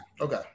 Okay